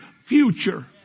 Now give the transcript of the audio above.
future